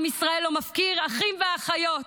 עם ישראל לא מפקיר אחים ואחיות.